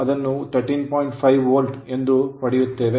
5V ಎಂದು ಪಡೆಯುತ್ತೇವೆ